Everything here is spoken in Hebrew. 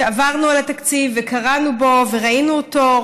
שעברנו על התקציב וקראנו בו וראינו אותו,